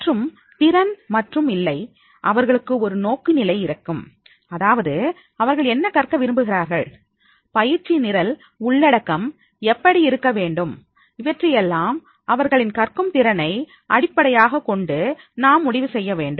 மற்றும் திறன் மற்றும் இல்லை அவர்களுக்கு ஒரு நோக்கு நிலை இருக்கும் அதாவது அவர்கள் என்ன கற்க விரும்புகிறார்கள் பயிற்சி நிரல் உள்ளடக்கம் எப்படி இருக்க வேண்டும் இவற்றையெல்லாம் அவர்களின் கற்கும் திறனை அடிப்படையாகக் கொண்டு நாம் முடிவு செய்ய வேண்டும்